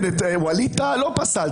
את ווליד טאהא לא פסלת.